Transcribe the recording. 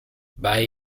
bei